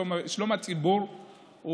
שלום הציבור,